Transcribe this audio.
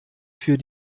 für